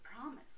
Promise